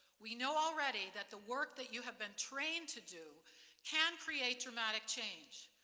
we know already that the work that you have been trained to do can create dramatic change.